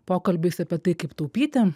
pokalbiais apie tai kaip taupyti